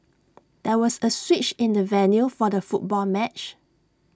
there was A switch in the venue for the football match